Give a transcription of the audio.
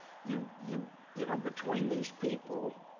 you you you know, between these people,